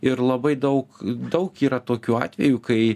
ir labai daug daug yra tokių atvejų kai